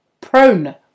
prone